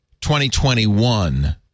2021